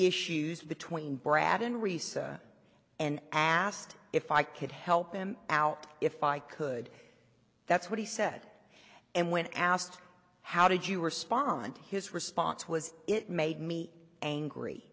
issues between brad in recess and asked if i could help him out if i could that's what he said and when asked how did you respond his response was it made me angry